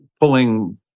pulling